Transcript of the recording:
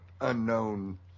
unknown